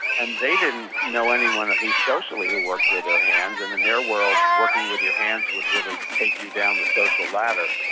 and they didn't know anyone at least socially who worked with their hands, and then and their world working with your hands would really take you down the social ladder,